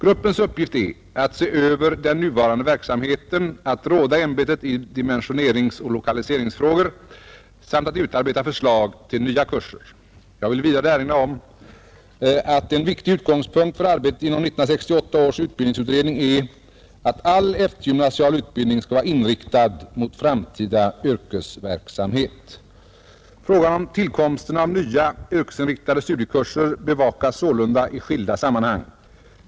Gruppens uppgift är att se över den nuvarande verksamheten, att råda ämbetet i dimensioneringsoch lokaliseringsfrågor samt att utarbeta förslag till nya kurser. Jag vill vidare erinra om att en viktig utgångspunkt för arbetet inom 1968 års utbildningsutredning är att all eftergymnasial utbildning skall vara inriktad mot framtida yrkesverksamhet. Frågan om tillkomsten av nya yrkesinriktade studiekurser bevakas sålunda i skilda sammanhang.